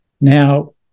now